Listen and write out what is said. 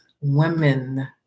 women